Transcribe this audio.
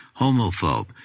homophobe